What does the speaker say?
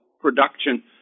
production